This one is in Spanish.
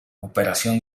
operación